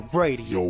radio